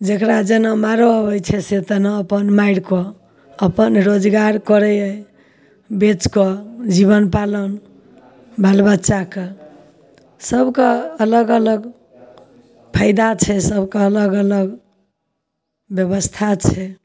जेकरा जेना मारऽ अबैत छै से तेना अपन मारि कऽ अपन रोजगार करैए बेचकऽ जीबन पालन बालबच्चा कऽ सबकऽ अलग अलग फैदा छै सबकऽ अलग अलग ब्यवस्था छै